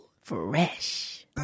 fresh